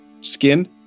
skin